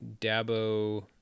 Dabo